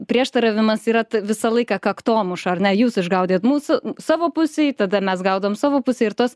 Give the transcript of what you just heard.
prieštaravimas yra tai visą laiką kaktomuša ar ne jūs išgaudėt mūsų savo pusėj tada mes gaudom savo pusę ir tos